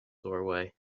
doorway